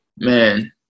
Man